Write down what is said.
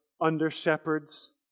under-shepherds